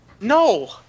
No